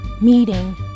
meeting